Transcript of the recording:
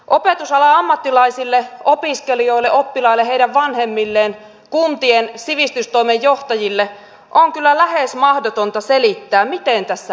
opetusalan ammattilaisille opiskelijoille oppilaille heidän vanhemmilleen kuntien sivistystoimen johtajille on kyllä lähes mahdotonta selittää miten tässä näin kävi